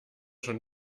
schon